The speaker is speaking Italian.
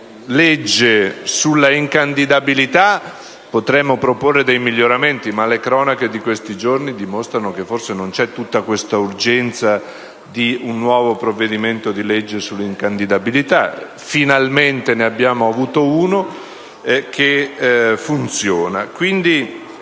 legge sull'incandidabilità potremmo proporre dei miglioramenti, ma le cronache di questi giorni dimostrano che forse non c'è tutta questa urgenza di un nuovo provvedimento di legge sull'incandidabilità. Finalmente ne abbiamo avuto uno che funziona.